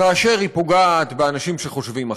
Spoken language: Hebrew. כאשר היא פוגעת באנשים שחושבים אחרת,